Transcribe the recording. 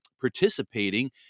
participating